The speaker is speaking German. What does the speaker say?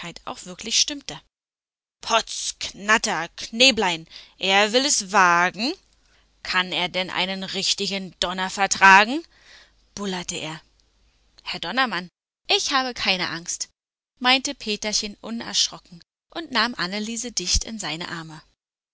auch wirklich stimmte potz knatter knäblein er will es wagen kann er denn einen kräftigen donner vertragen bullerte er herr donnermann ich hab keine angst meinte peterchen unerschrocken und nahm anneliese dicht in seine arme